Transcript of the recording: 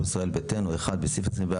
פלוס ישראל ביתנו: 1. בסעיף 24(א)(2),